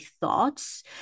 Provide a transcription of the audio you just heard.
thoughts